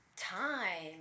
time